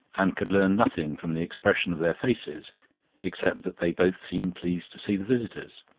and could learn nothing from the expression of their faces except that they both seemed pleased to see the visitors.